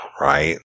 right